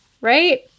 Right